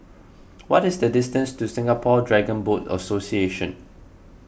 what is the distance to Singapore Dragon Boat Association